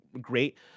great